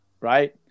right